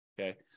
Okay